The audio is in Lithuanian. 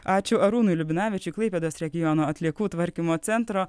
ačiū arūnui liubinavičiui klaipėdos regiono atliekų tvarkymo centro